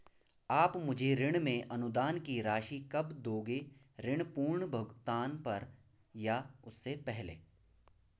आप मुझे ऋण में अनुदान की राशि कब दोगे ऋण पूर्ण भुगतान पर या उससे पहले?